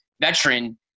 veteran